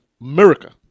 America